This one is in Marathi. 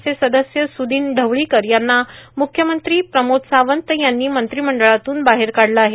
चे सदस्य सुदिन ढवळीकर यांना मुख्यमंत्री प्रमोद सावंत यांनी मंत्रिमंडळातून बाहेर काढलं आहे